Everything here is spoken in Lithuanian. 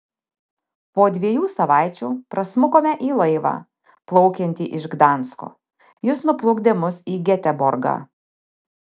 po dviejų savaičių prasmukome į laivą plaukiantį iš gdansko jis nuplukdė mus į geteborgą